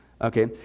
Okay